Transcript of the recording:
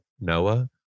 Noah